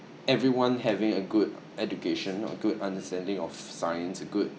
everyone having a good education a good understanding of science a good